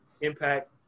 Impact